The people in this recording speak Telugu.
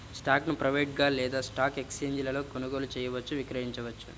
స్టాక్ను ప్రైవేట్గా లేదా స్టాక్ ఎక్స్ఛేంజీలలో కొనుగోలు చేయవచ్చు, విక్రయించవచ్చు